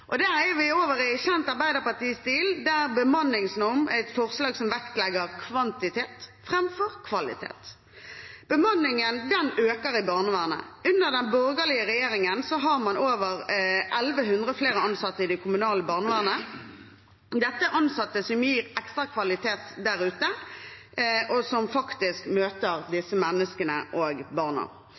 og der er vi over i kjent arbeiderpartistil, der bemanningsnorm er et forslag som vektlegger kvantitet framfor kvalitet. Bemanningen øker i barnevernet. Under den borgerlige regjeringen har man over 1 100 flere ansatte i det kommunale barnevernet. Dette er ansatte som gir ekstra kvalitet der ute, og som faktisk møter disse menneskene og barna.